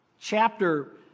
chapter